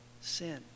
sin